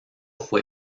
fue